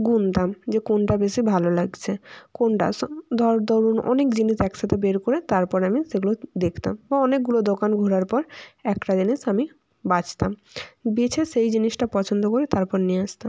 গুনতাম যে কোনটা বেশি ভালো লাগছে কোনটা সম ধর ধরুন অনেক জিনিস একসাথে বের করে তারপর আমি সেগুলো দেখতাম বা অনেকগুলো দোকান ঘোরার পর একটা জিনিস আমি বাছতাম বেছে সেই জিনিসটা পছন্দ করে তারপর নিয়ে আসতাম